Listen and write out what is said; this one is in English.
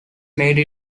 made